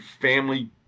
family